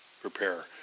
prepare